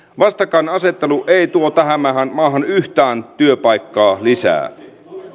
vastakkainasettelu ei tuo tähän maahan yhtään työpaikkaa lisää